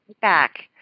back